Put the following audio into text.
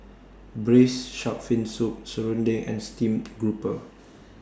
Braised Shark Fin Soup Serunding and Steamed Grouper